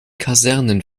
kasernen